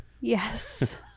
Yes